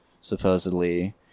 supposedly